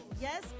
Yes